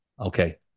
Okay